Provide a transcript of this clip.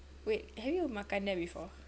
wait have you makan there before